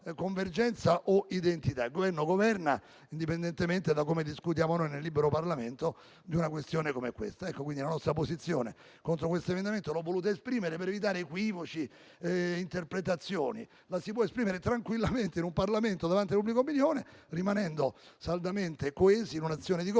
Il Governo governa indipendentemente da come discutiamo noi nel libero Parlamento su una questione come quella in esame. La nostra posizione contro questo emendamento l'ho voluta esprimere per evitare equivoci e interpretazioni. La si può esprimere tranquillamente in un Parlamento davanti alla pubblica opinione, rimanendo saldamente coesi in un'azione di Governo